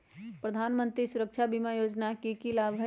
प्रधानमंत्री सुरक्षा बीमा योजना के की लाभ हई?